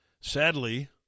Sadly